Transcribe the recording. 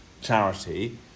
charity